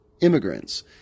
immigrants